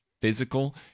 physical